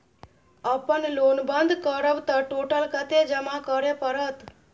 अपन लोन बंद करब त टोटल कत्ते जमा करे परत?